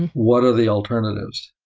what are the alternatives?